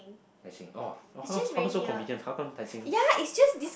Tai Seng orh how come how come so convenient how come Tai Seng